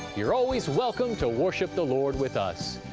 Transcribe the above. you're always welcome to worship the lord with us.